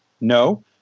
No